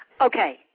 okay